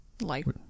life